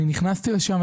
אני נכנסתי לשם,